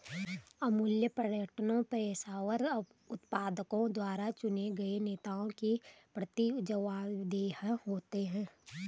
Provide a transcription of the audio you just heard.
Amul pattern पेशेवर उत्पादकों द्वारा चुने गए नेताओं के प्रति जवाबदेह होते हैं